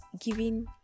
giving